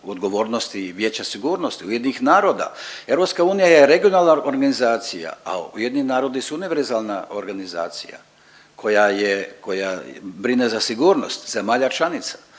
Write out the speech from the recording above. odgovornosti i Vijeća sigurnosti, UN-a. EU je regionalna organizacija, a UN su univerzalna organizacija koja brine za sigurnost zemalja članica,